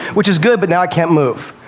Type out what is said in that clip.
which is good, but now i can't move.